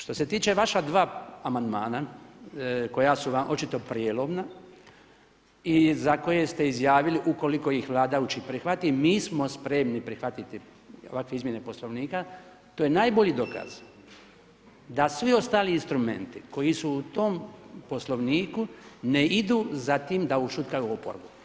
Što se tiče vaša dva amandmana koja su vam očito prijelomna i za koje ste izjavili ukoliko ih Vlada uopće prihvati mi smo spremni prihvatiti ovakve izmjene Poslovnika to je najbolji dokaz da svi ostali instrumenti koji su u tom Poslovniku ne idu za tim da ušutkaju oporbu.